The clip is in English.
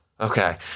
okay